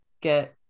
get